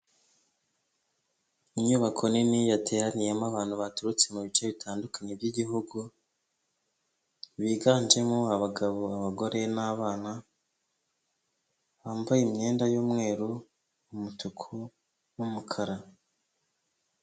Inyubako nini yateraniyemo abantu baturutse mu bice bitandukanye byigihugu biganjemo abagabo, abagore, n'abana bambaye imyenda y'umweru, umutuku n'umukara.